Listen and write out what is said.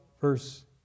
verse